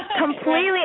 Completely